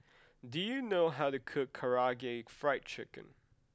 do you know how to cook Karaage Fried Chicken